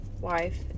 wife